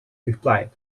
replied